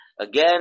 again